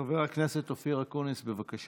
חבר הכנסת אופיר אקוניס, בבקשה.